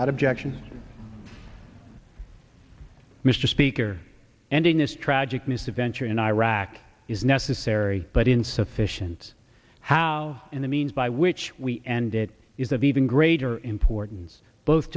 out objections mr speaker and in this tragic misadventure in iraq is necessary but insufficient how in the means by which we end it is of even greater importance both